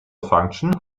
function